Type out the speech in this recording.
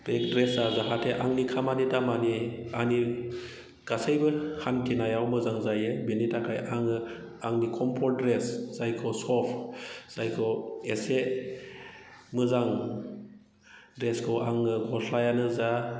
बे द्रेसा जाहाथे आंनि खामानि दामानि आंनि गासैबो हान्थिनायाव मोजां जायो बिनि थाखाय आङो आंनि कमफरट ड्रेस जायखौ सफ्ट जायखौ एसे मोजां ड्रेसखौ आङो गस्लायानो जा